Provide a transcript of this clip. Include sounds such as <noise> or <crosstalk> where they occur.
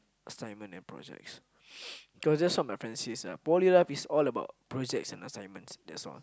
assignment and projects <noise> cause that's what my friend says poly life is all about projects and assignments that's all